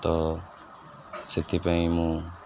ତ ସେଥିପାଇଁ ମୁଁ